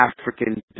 African